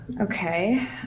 Okay